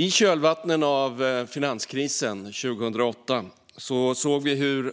I kölvattnet av finanskrisen 2008 såg vi hur